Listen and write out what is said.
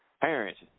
parents